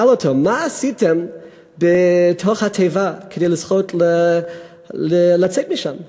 אותו: מה עשיתם בתוך התיבה כדי לזכות לצאת משם?